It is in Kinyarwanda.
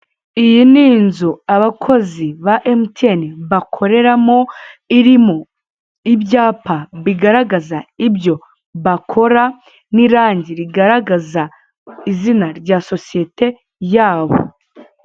Iyi ni inzu abakozi ba emutiyene bakoreramo irimo ibyapa bigaragaza ibyo bakora n'irange rigaragaza izina rya sosiyete yabo.